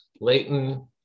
Leighton